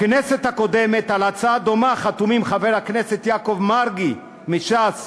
בכנסת הקודמת חתמו על הצעה דומה חבר הכנסת יעקב מרגי מש"ס,